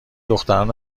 دختران